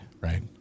right